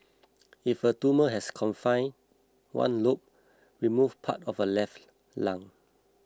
if her tumour has confined one lobe remove part of her left lung